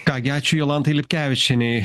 ką gi ačiū jolantai lipkevičienei